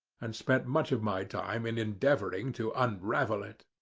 and spent much of my time in endeavouring to unravel it.